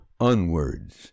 unwords